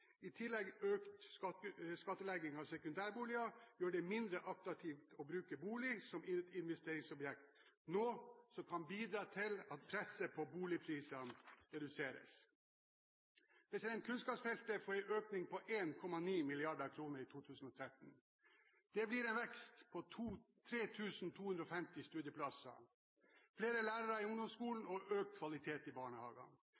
I tillegg vil økt skattlegging av sekundærboliger gjøre det mindre attraktivt å bruke bolig som investeringsobjekt, noe som kan bidra til at presset på boligprisene reduseres. Kunnskapsfeltet får en økning på 1,9 mrd. kr i 2013. Det blir en vekst på 3 250 studieplasser, flere lærere i